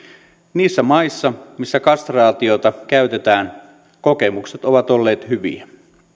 niissä maissa missä kastraatiota käytetään kokemukset ovat olleet hyviä